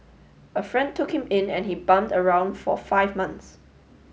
a friend took him in and he bummed around for five months